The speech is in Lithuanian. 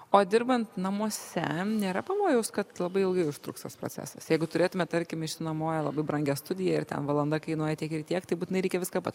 o dirbant namuose nėra pavojaus kad labai ilgai užtruks tas procesas jeigu turėtumėt tarkim išsinuomoję labai brangią studiją ir ten valanda kainuoja tiek ir tiekti tai būtinai reikia viską pats